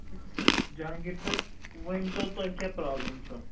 جہانگیٖر صٲب ؤنۍتو تۄہہِ کیٛاہ پرٛابلِم چھو